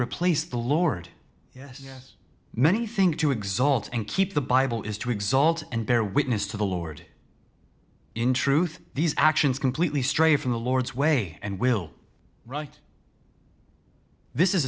replaced the lord yes many think to exult and keep the bible is to exalt and bear witness to the lord in truth these actions completely stray from the lord's way and will right this is